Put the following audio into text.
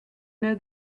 know